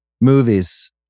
Movies